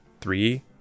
three